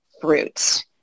fruit